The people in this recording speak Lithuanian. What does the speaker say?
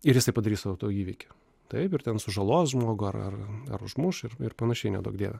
ir jisai padarys autoįvykį taip ir ten sužalos žmogų ar ar ar užmuš ir panašiai neduok dieve